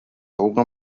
حقوق